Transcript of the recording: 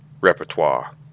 repertoire